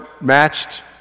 matched